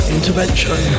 Intervention